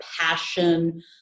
passion